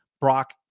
Brock